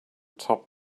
topped